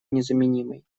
незаменимой